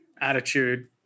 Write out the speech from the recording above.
attitude